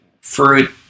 fruit